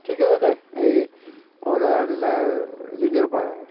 ঠিক আছে দে এই অৰ্ডাৰ দিলে দি দিব পাৰ আৰু